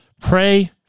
Pray